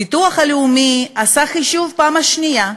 הביטוח הלאומי עשה חישוב פעם שנייה,